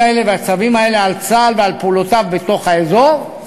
האלה והצווים האלה על צה"ל ועל פעולותיו בתוך האזור.